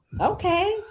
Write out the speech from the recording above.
Okay